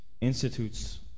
institutes